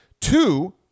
Two